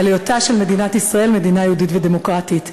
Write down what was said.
על היותה של מדינת ישראל מדינה יהודית ודמוקרטית.